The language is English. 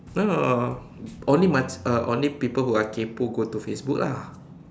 no no no no only much only people who are kaypoh go to Facebook lah